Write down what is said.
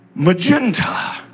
Magenta